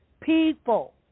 People